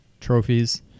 trophies